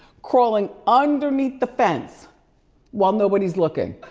crawling underneath the fence while nobody's looking.